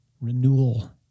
renewal